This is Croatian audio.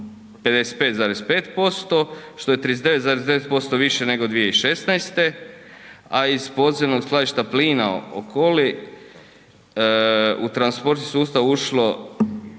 55,5% što je 39,9% više nego 2016. a iz podzemnog Skladišta plina Okoli, u transportni sustav ušlo